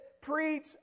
preach